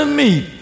meet